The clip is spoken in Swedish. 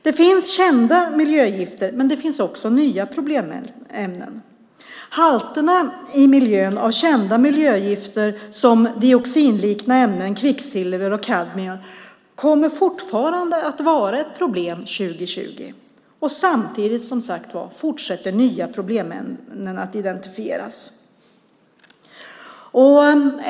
Det finns kända miljögifter, men det finns också nya problemämnen. Halterna i miljön av kända miljögifter som dioxinliknande ämnen kvicksilver och kadmium kommer fortfarande att vara ett problem 2020, och samtidigt fortsätter nya problemämnen att identifieras.